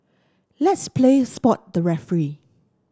let's play spot the referee